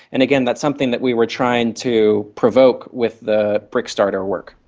and again that's something that we were trying to provoke with the brickstarter work.